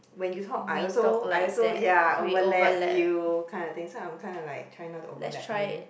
when you talk I also I also ya overlap you kind of thing so I'm kind of like try to overlap you